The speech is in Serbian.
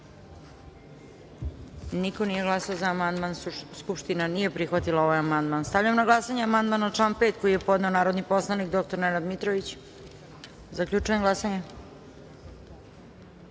niko nije glasao za amandman. Skupština nije prihvatila ovaj amandman. Stavljam na glasanje amandman na član 5. koji je podneo narodni poslanik dr Nenad Mitrović. Zaključujem glasanje: